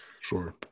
sure